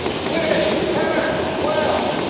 wish her well!